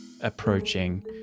approaching